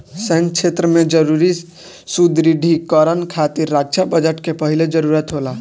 सैन्य क्षेत्र में जरूरी सुदृढ़ीकरन खातिर रक्षा बजट के पहिले जरूरत होला